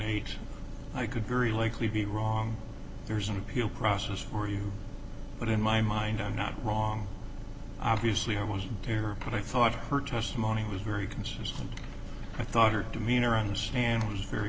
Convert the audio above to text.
eight i could very likely be wrong there's an appeal process for you but in my mind i'm not wrong obviously i was here but i thought her testimony was very consistent i thought her demeanor understand